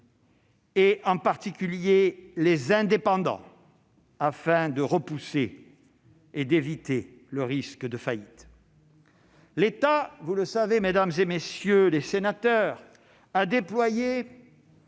et en particulier les indépendants, afin de repousser et d'éviter le risque de faillite. L'État, vous le savez, mesdames, messieurs les sénateurs, a déployé,